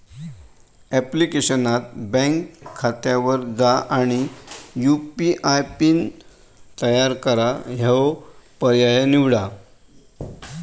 ऍप्लिकेशनात बँक खात्यावर जा आणि यू.पी.आय पिन तयार करा ह्यो पर्याय निवडा